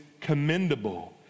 commendable